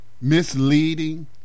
misleading